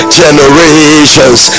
generations